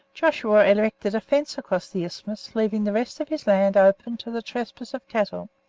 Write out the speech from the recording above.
joshua erected a fence across the isthmus, leaving the rest of his land open to the trespass of cattle,